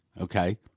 okay